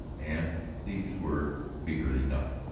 and these were meagre enough.